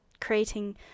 creating